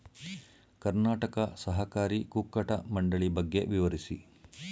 ಕರ್ನಾಟಕ ಸಹಕಾರಿ ಕುಕ್ಕಟ ಮಂಡಳಿ ಬಗ್ಗೆ ವಿವರಿಸಿ?